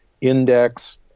index